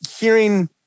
hearing